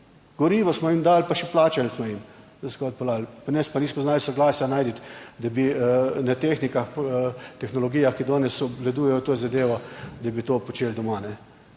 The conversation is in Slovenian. Gorivo smo jim dali, pa še plačali smo jim, da so ga odpeljali. Pri nas pa nismo znali soglasja najti, da bi na tehnikah, tehnologijah, ki danes obvladujejo to zadevo, da bi to počeli doma.